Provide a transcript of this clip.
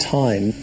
time